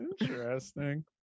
Interesting